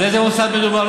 בתי חולים מסווגים כמלכ"ר.